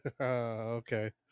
Okay